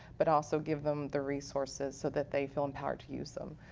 but also, give them the resources so that they feel empowered to use them.